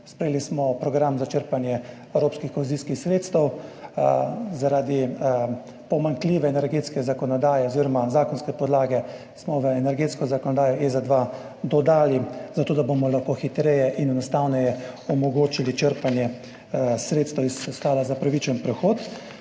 sprejeli smo program za črpanje evropskih kohezijskih sredstev. Zaradi pomanjkljive energetske zakonodaje oziroma zakonske podlage smo v energetsko zakonodajo EZ-2 dodali, zato da bomo lahko hitreje in enostavneje omogočili črpanje sredstev iz Sklada za pravičen prehod.